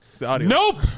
Nope